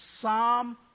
Psalm